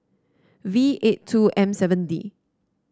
V eight two M seven D